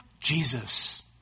Jesus